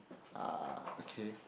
uh okay